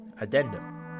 Addendum